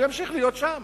הוא ימשיך להיות שם.